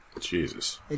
Jesus